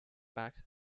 packs